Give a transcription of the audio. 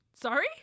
Sorry